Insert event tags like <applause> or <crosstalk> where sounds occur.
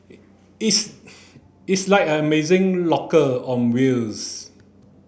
it's <noise> its like an amazing locker on wheels